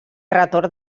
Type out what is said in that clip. retorn